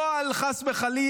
לא, חס וחלילה,